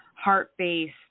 heart-based